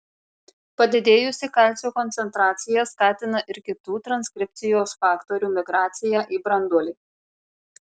padidėjusi kalcio koncentracija skatina ir kitų transkripcijos faktorių migraciją į branduolį